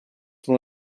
when